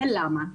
למה?